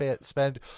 spend